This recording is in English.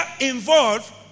involved